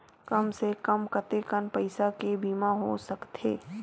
कम से कम कतेकन पईसा के बीमा हो सकथे?